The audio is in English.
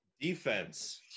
Defense